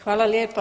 Hvala lijepa.